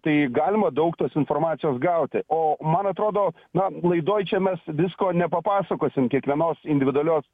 tai galima daug tos informacijos gauti o man atrodo na laidoj čia mes visko nepapasakosim kiekvienos individualios